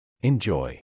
Enjoy